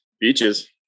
Beaches